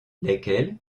lesquels